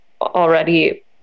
already